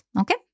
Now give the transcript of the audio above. Okay